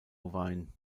wine